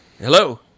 Hello